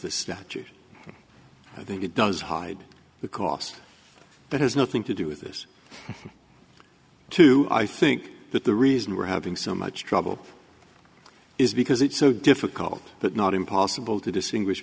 statute i think it does hide the cost but has nothing to do with this too i think that the reason we're having so much trouble is because it's so difficult but not impossible to distinguish